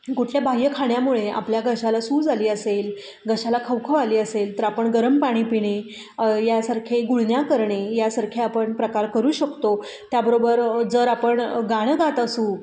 कुठल्या बाह्य खाण्यामुळे आपल्या घशाला सूज आली असेल घशाला खवखव आली असेल तर आपण गरम पाणी पिणे यासारखे गुळण्या करणे यासारखे आपण प्रकार करू शकतो त्याबरोबर जर आपण गाणं गात असू